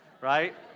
right